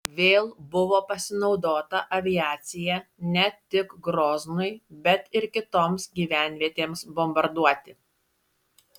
vėl buvo pasinaudota aviacija ne tik groznui bet ir kitoms gyvenvietėms bombarduoti